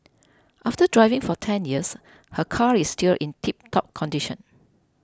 after driving for ten years her car is still in tiptop condition